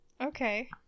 Okay